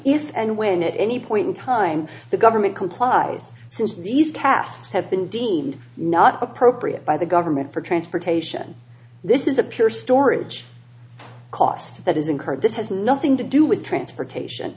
if and when any point in time the government complies since these casts have been deemed not appropriate by the government for transportation this is a pure storage cost that is incurred this has nothing to do with transportation